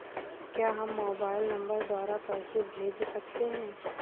क्या हम mobile number द्वारा पैसे भेज सकते हैं?